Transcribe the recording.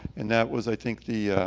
and that was i think the